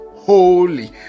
holy